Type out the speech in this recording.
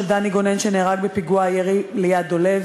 דני גונן שנהרג בפיגוע הירי ליד דולב,